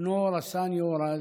לבנו רס"ן יהורז,